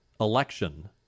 election